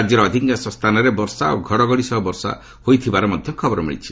ରାଜ୍ୟର ଅଧିକାଂଶ ସ୍ଥାନରେ ବର୍ଷା ଓ ଘଡ଼ଘଡ଼ି ସହ ବର୍ଷା ହୋଇଥିବାର ମଧ୍ୟ ଖବର ମିଳିଛି